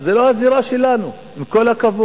זה לא הזירה שלנו, עם כל הכבוד.